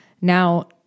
Now